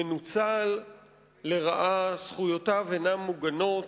מנוצל לרעה וזכויותיו אינן מוגנות.